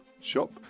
shop